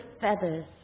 feathers